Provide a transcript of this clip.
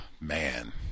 man